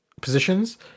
positions